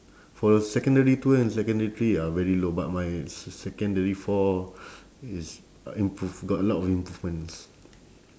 for the secondary two and secondary three are very low but my s~ secondary four is improve got a lot of improvements